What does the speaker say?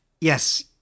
yes